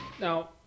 Now